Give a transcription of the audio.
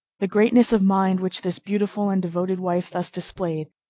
the greatness of mind which this beautiful and devoted wife thus displayed,